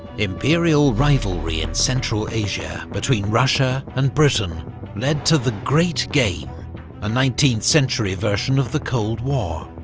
imperial rivalry in central asia between russia and britain led to the great game a nineteenth century version of the cold war.